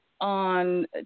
on